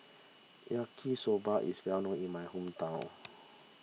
Yaki Soba is well known in my hometown